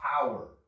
power